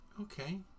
Okay